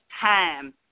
time